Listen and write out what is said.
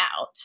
out